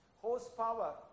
horsepower